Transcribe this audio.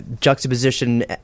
juxtaposition